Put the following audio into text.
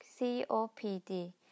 COPD